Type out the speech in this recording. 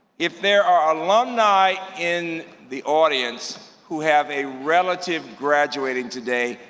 if there are alumni in the audience who have a relative graduating today,